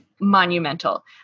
monumental